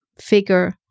figure